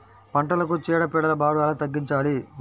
పంటలకు చీడ పీడల భారం ఎలా తగ్గించాలి?